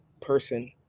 person